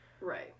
Right